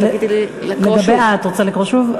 את רוצה לקרוא שוב?